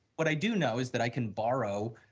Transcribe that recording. what i do know is that i can borrow,